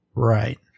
Right